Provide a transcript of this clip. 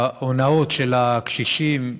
ההונאות של הקשישים,